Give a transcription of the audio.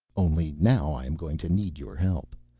only now i am going to need your help.